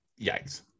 yikes